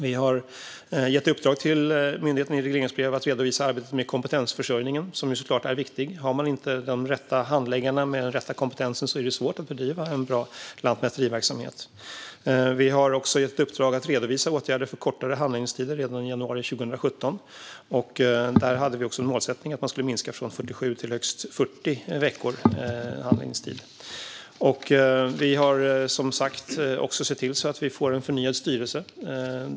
Vi har i ett regleringsbrev gett myndigheten i uppdrag att redovisa arbetet med kompetensförsörjningen, som såklart är viktig. Om man inte har rätt handläggare med rätt kompetens är det svårt att bedriva bra lantmäteriverksamhet. Redan i januari 2017 gav vi också myndigheten i uppdrag att redovisa åtgärder för att korta handläggningstiderna. Då hade vi som målsättning att handläggningstiden skulle minska från 47 till högst 40 veckor. Vi har som sagt sett till att Lantmäteriet får en förnyad styrelse.